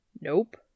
Nope